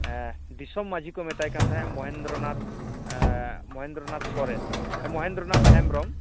ᱫᱤᱥᱚᱢ ᱢᱟᱺᱡᱷᱤ ᱠᱚ ᱢᱮᱛᱟᱭ ᱠᱟᱱ ᱛᱟᱦᱮᱜᱼᱟ ᱢᱚᱦᱮᱱᱫᱨᱚᱱᱟᱛᱷ ᱢᱚᱦᱮᱱᱫᱨᱚᱱᱟᱛᱷ ᱥᱚᱨᱮᱱ ᱢᱚᱦᱮᱱᱫᱨᱚᱱᱟᱛᱷ ᱦᱮᱢᱵᱨᱚᱢ